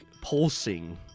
pulsing